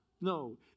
no